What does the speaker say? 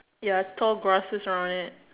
ya tall grasses around it